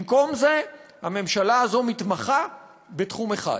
במקום זה, הממשלה הזאת מתמחה בתחום אחד: